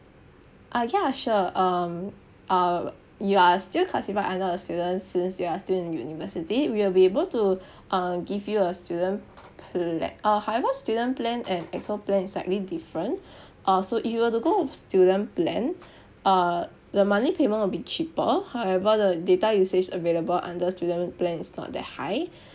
ah ya sure um uh you are still classified under a student since you are still in university we will be able to uh give you a student pla~ uh however student plan and X O plan is slightly different uh so if you were to go with student plan uh the monthly payment will be cheaper however the data usage available under student plan is not that high